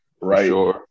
right